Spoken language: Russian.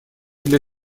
для